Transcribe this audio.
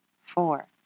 Four